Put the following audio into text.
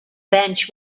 bench